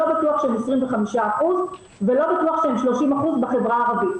לא בטוח שהן 25% ולא בטוח שהן 30% בחברה הערבית.